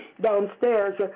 downstairs